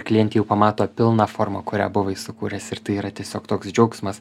klientė jau pamato pilną formą kurią buvai sukūręs ir tai yra tiesiog toks džiaugsmas